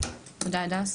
תודה הדס.